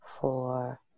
four